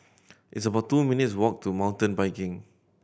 it's about two minutes' walk to Mountain Biking